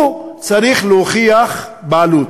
הוא צריך להוכיח בעלות,